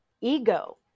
ego